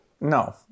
No